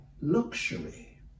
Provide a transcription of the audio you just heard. luxury